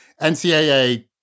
NCAA